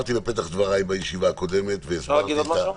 אמרתי בפתח דבריי בישיבה הקודמת --- אפשר להגיד עוד משהו?